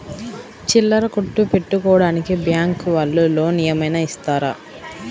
చిల్లర కొట్టు పెట్టుకోడానికి బ్యాంకు వాళ్ళు లోన్ ఏమైనా ఇస్తారా?